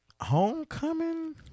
Homecoming